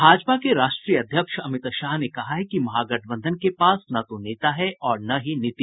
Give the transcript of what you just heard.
भाजपा के राष्ट्रीय अध्यक्ष अमित शाह ने कहा है कि महागठबंधन के पास न तो नेता है और न ही नीति